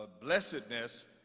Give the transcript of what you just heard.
blessedness